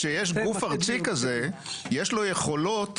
כשיש גוף ארצי כזה יש לו יכולות,